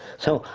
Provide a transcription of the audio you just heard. so,